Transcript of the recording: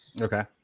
Okay